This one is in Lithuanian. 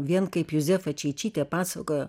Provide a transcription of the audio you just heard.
vien kaip juzefa čeičytė pasakojo